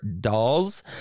dolls